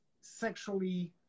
sexually